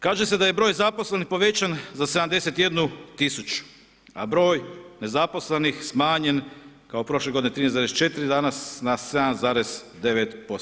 Kaže se da je broj zaposlenih povećan za 71 000 a broj nezaposlenih smanjen kao prošle godine 13,4, danas na 7,9%